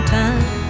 time